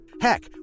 heck